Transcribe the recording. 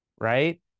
right